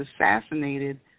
assassinated